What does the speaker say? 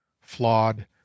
flawed